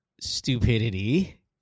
stupidity